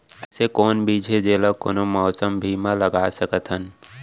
अइसे कौन बीज हे, जेला कोनो मौसम भी मा लगा सकत हन?